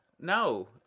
No